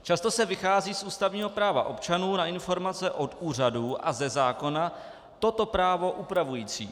Často se vychází z ústavního práva občanů na informace od úřadů a ze zákona toto právo upravující.